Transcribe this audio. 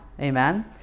Amen